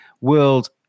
World